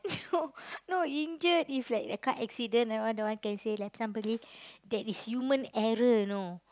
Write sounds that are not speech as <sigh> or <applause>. <laughs> no no injured it's like a car accident that one that one can say like somebody there is human error you know